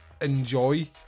enjoy